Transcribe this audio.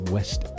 West